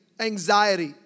anxiety